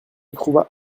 trouva